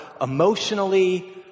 emotionally